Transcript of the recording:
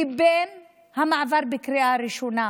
לבין המעבר בקריאה ראשונה,